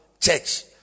Church